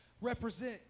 represent